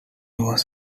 was